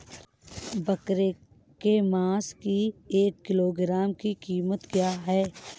बकरे के मांस की एक किलोग्राम की कीमत क्या है?